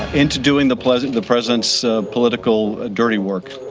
into doing the president the president's political dirty work.